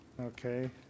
Okay